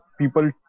people